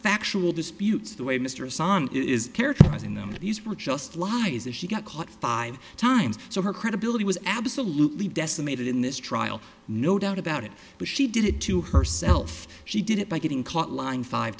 factual disputes the way mr sun is characterizing them that he's just lie is that she got caught five times so her credibility was absolutely decimated in this trial no doubt about it but she did it to herself she did it by getting caught lying five